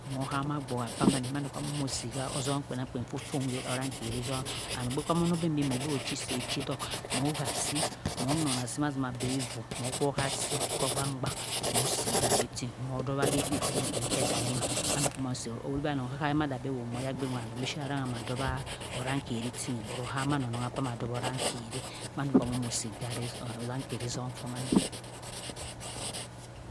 Mho ham abua kpaman mando amo mho so kho zum kpenamkpen kho fohn kha orangkeri zam and ogbeamoh membi mho biro biro chi ddohk mho ha si mho bongha asi mazima bhe vuh mho kho ha si moh kho zini ogban gban mho ha igarri tin mho dowa kha ediwi kpenamkpen khe dabi mhan mandho ama si ohuribo anong kha kha wi madha ashe woh moh yagbin wah sishi arang amha dowah arankeri tin but ohama anong ama dowa orankerch mandho amomo si igarri tara orannkheri zum kpha mhan eh